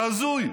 זה הזוי.